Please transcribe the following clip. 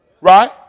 Right